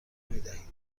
میدهید